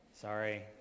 Sorry